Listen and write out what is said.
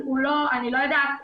אני לא יודעת,